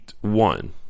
one